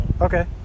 okay